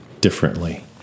differently